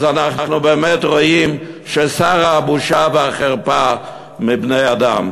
אז אנחנו באמת רואים שסרה הבושה והחרפה מבני-אדם.